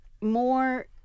more